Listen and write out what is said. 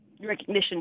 recognition